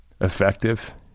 effective